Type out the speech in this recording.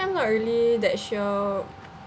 actually I'm not really that sure